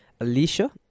Alicia